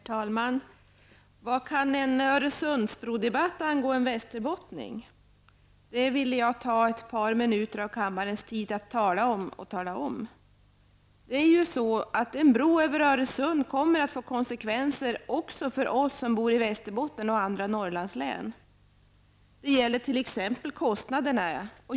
Herr talman! Vad kan en Öresundsbrodebatt angå en västerbottning? Det vill jag ta ett par minuter av kammarens tid i anspråk för att tala om. En bro över Öresund kommer att få konsekvenser också för oss som bor i Västerbotten eller andra Norrlandslän. Det gäller t.ex. kostnaderna.